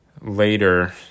later